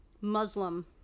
Muslim